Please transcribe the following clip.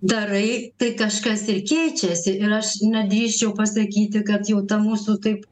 darai tai kažkas ir keičiasi ir aš nedrįsčiau pasakyti kad jau ta mūsų taip